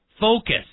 Focus